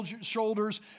shoulders